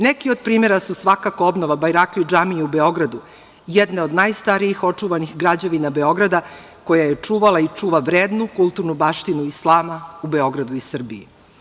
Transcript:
Neki od primera su svakako obnova Bajrakli džamije u Beogradu, jedne od najstarijih očuvanih građevina Beograda koja je čuvala i čuva vrednu kulturnu baštinu Islama u Beogradu i Srbiji.